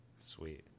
Sweet